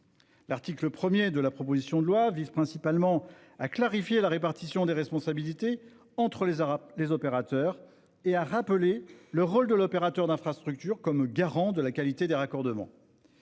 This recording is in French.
L'article 1 de la proposition de loi vise principalement à clarifier la répartition des responsabilités entre opérateurs et à rappeler le rôle de garant de la qualité des raccordements